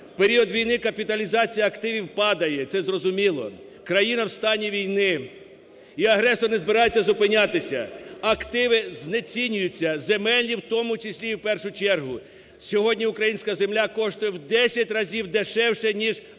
В період війни капіталізація активів падає і це зрозуміло, країна в стані війни і агресор не збирається зупинятися, активи знецінюються, земельні в тому числі і в першу чергу. Сьогодні українська земля коштує в 10 разів дешевше, ніж аналог